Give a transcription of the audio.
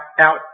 out